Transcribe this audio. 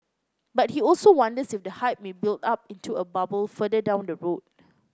but he also wonders if the hype may build up into a bubble further down the road